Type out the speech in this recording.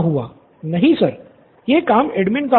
student Nithin नहीं sir यह काम एडमिन का होगा